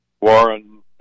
Warren